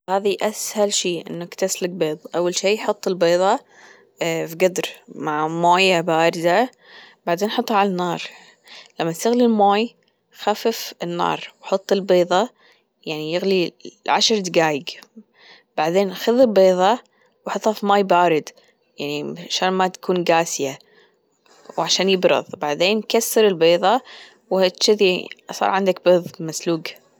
هذي أسهل شي أنك تسلق بيض أول شي حط البيضة في قدر مع موية باردة بعدين حطها عالنار لما تغلي المي خفف النار وحط البيضة يعني يغلي عشر دقايق بعدين خذي البيضة وحطها في ماي بارد يعني عشان ما تكون جاسية وعشان يبرد بعدين كسر البيضة وهيك شذي صار عندك بيض مسلوق.